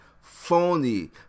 phony